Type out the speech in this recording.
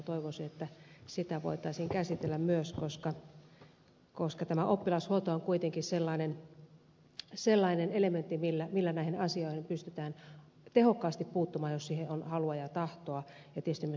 toivoisin että sitä voitaisiin käsitellä myös koska tämä oppilashuolto on kuitenkin sellainen elementti millä näihin asioihin pystytään tehokkaasti puuttumaan jos siihen on halua ja tahtoa ja tietysti myös resursseja